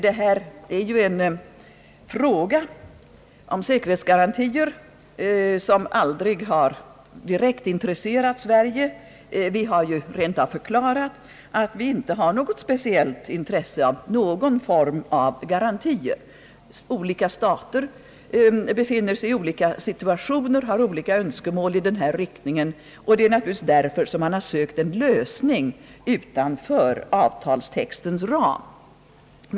Denna fråga, som gäller säkerhetsgarantier, har aldrig direkt intresserat Sverige. Vi har rentav förklarat att vi inte har något speciellt intresse av någon form av garantier. Olika stater befinner sig i olika situationer och har olika önskemål, och det är naturligtvis därför som man har sökt en lösning utanför avtalstextens ram.